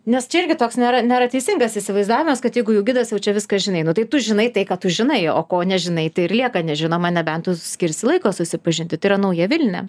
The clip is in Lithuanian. nes čia irgi toks nėra nėra teisingas įsivaizdavimas kad jeigu jau gidas jau čia viską žinai nu tai tu žinai tai ką tu žinai o ko nežinai tai ir lieka nežinoma nebent tu skirsi laiko susipažinti tai yra nauja vilnia